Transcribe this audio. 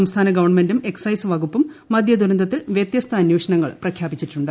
സംസ്ഥാന ഗവൺമെന്റും എക്സൈസ് വകുപ്പും മദ്യ ദുരന്തത്തിൽ വ്യത്യസ്ഥ അന്വേഷണങ്ങൾ പ്രഖ്യാപിച്ചിട്ടുണ്ട്